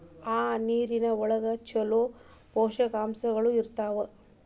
ಆ ನೇರಿನ ಒಳಗ ಚುಲೋ ಪೋಷಕಾಂಶಗಳು ಇರ್ತಾವ